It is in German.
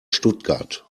stuttgart